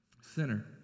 Sinner